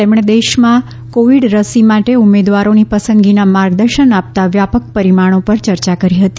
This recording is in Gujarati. તેમણે દેશમાં કોવિડ રસી માટે ઉમેદવારોની પસંદગીના માર્ગદર્શન આપતા વ્યાપક પરિમાણો પર ચર્ચા કરી હતી